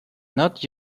not